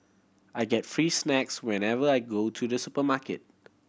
I get free snacks whenever I go to the supermarket